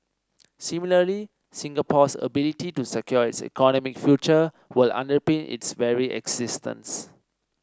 similarly Singapore's ability to secure its economic future will underpin its very existence